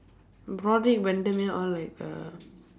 broadrick when terminal all like uh